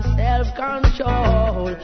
self-control